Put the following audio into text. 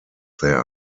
there